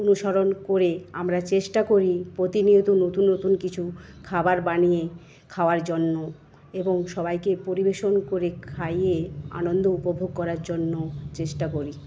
অনুসরণ করে আমরা চেষ্টা করি প্রতিনিয়ত নতুন নতুন কিছু খাবার বানিয়ে খাওয়ার জন্য এবং সবাইকে পরিবেশন করে খাইয়ে আনন্দ উপভোগ করার জন্য চেষ্টা করি